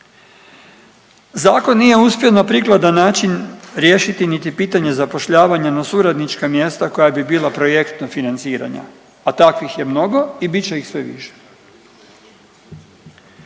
Zakon nije uspio na prikladan način riješiti niti pitanje zapošljavanja na suradnička mjesta koja bi bila projektna financiranja, a takvih je mnogo i bit će ih sve više.